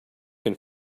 can